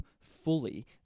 fully